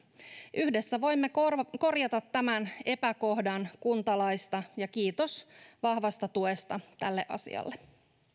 yhdessä voimme korjata tämän epäkohdan kuntalaissa kiitos vahvasta tuesta tälle asialle